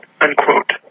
unquote